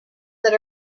that